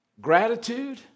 Gratitude